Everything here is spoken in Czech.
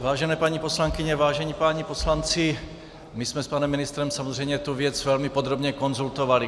Vážené paní poslankyně, vážení páni poslanci, s panem ministrem jsme samozřejmě tu věc velmi podrobně konzultovali.